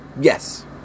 Yes